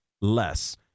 less